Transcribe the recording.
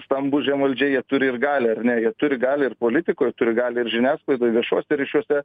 stambūs žemvaldžiai jie turi ir galią ar ne jie turi galią ir politikoj turi galią ir žiniasklaidoj viešuose ryšiuose